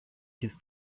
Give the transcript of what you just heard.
his